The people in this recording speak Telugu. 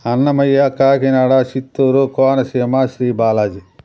అన్నమయ్య కాకినాడ చిత్తూరు కోనసీమ శ్రీబాలాజీ